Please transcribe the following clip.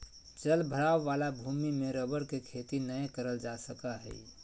जल भराव वाला भूमि में रबर के खेती नय करल जा सका हइ